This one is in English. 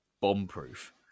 bomb-proof